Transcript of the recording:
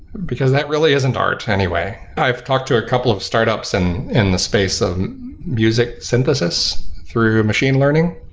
because that really isn't art anyway. i've talked to a couple of startups and in the space of music synthesis through machine learning,